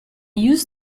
use